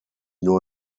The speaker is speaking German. nur